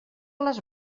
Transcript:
les